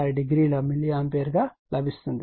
36 o milliampere గా లభిస్తుంది